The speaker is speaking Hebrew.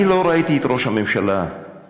אני לא ראיתי את ראש הממשלה הגיבור-על-ידידים,